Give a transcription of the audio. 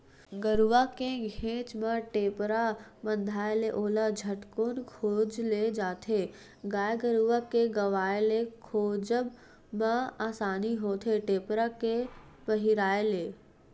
गरुवा के घेंच म टेपरा बंधाय ले ओला झटकून खोज ले जाथे गाय गरुवा के गवाय ले खोजब म असानी होथे टेपरा के पहिराय ले